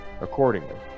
accordingly